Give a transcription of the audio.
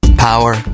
Power